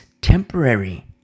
temporary